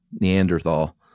Neanderthal